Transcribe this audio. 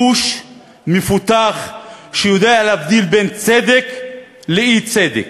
חוש מפותח שיודע להבדיל בין צדק לאי-צדק.